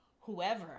whoever